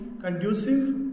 conducive